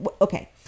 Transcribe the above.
Okay